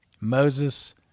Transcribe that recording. Moses